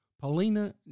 Paulina